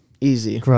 Easy